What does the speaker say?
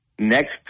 next